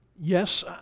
Yes